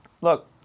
Look